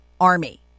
army